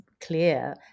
clear